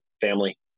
family